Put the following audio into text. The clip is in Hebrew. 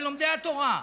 זה לומדי התורה.